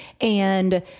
And-